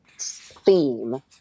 theme